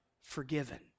forgiven